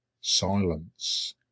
Silence